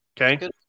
Okay